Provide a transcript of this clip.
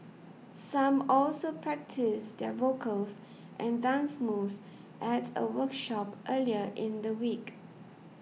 some also practised their vocals and dance moves at a workshop earlier in the week